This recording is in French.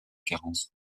carence